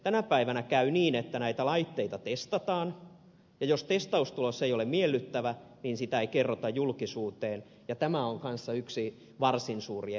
tänä päivänä käy niin että näitä laitteita testataan ja jos testaustulos ei ole miellyttävä sitä ei kerrota julkisuuteen ja tämä on myös yksi varsin suuri epäkohta